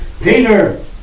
Peter